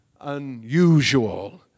unusual